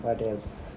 what else